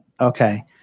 Okay